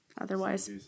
Otherwise